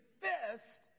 fist